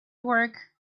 work